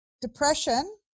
depression